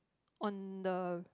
on the